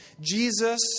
Jesus